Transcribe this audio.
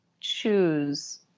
choose